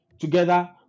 together